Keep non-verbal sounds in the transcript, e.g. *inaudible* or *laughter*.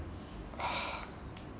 *breath*